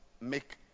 make